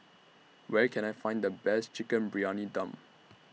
Where Can I Find The Best Chicken Briyani Dum